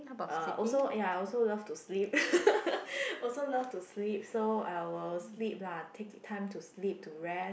uh also ya I also love to sleep also love to sleep so I will sleep lah take time to sleep to rest